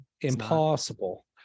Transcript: Impossible